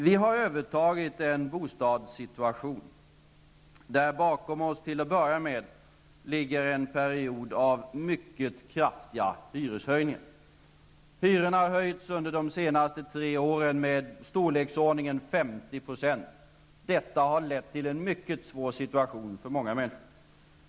Vi har övertagit en bostadssituation där, till att börja med, en period av mycket kraftiga hyreshöjningar ligger bakom oss. Hyrorna har under de senaste tre åren höjts i storleksordningen 50 %. Detta har lett till en mycket svår situation för många människor.